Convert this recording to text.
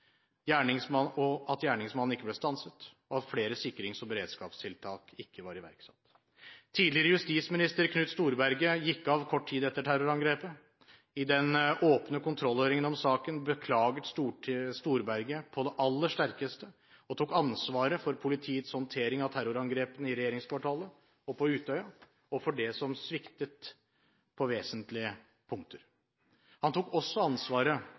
at gjerningsmannen ikke ble stanset tidligere og at flere sikrings- og beredskapstiltak ikke ble iverksatt». Tidligere justisminister Knut Storberget gikk av kort tid etter terrorangrepet. I den åpne kontrollhøringen om saken beklaget Storberget på det aller sterkeste og tok ansvaret for politiets håndtering av terrorangrepene i regjeringskvartalet og på Utøya, og for det som sviktet på vesentlige punkter. Han tok også ansvaret